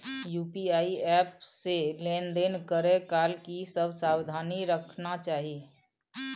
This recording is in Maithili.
यु.पी.आई एप से लेन देन करै काल की सब सावधानी राखना चाही?